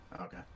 Okay